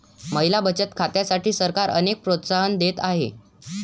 महिला बचत खात्यांसाठी सरकार अनेक प्रोत्साहन देत आहे